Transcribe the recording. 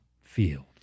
fields